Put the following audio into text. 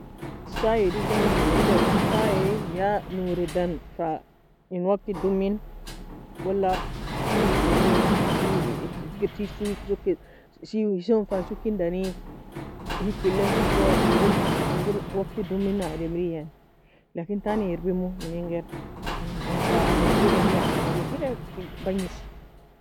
Saiea diegida mani, wida saiea ya noridan fa in wagtig doumin ولا Seiwidani, Siew hikr seiw sokei siew husan fa sokindani, hikaillaie soko, engir engir wagtig doumina ademri yani, لكن tani erbairmou inin gherka, own ta an erbaireli yan, anerbair'aghsigh bangis.